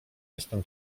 jestem